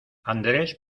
andrés